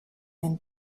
den